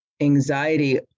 anxiety